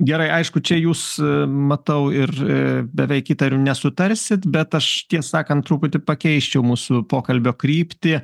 gerai aišku čia jūs matau ir beveik įtariu nesutarsit bet aš tiesą sakant truputį pakeisčiau mūsų pokalbio kryptį